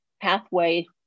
pathway